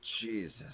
Jesus